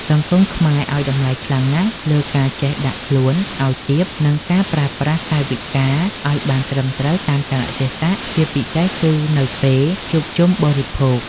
សង្គមខ្មែរឱ្យតម្លៃខ្លាំងណាស់លើការចេះដាក់ខ្លួនឱ្យទាបនិងការប្រើប្រាស់កាយវិការឱ្យបានត្រឹមត្រូវតាមកាលៈទេសៈជាពិសេសគឺនៅពេលជួបជុំបរិភោគ។